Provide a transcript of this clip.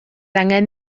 angen